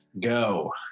go